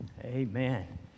Amen